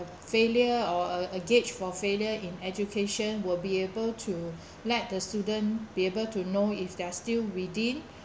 failure or a gauge for failure in education will be able to let the student be able to know if they are still within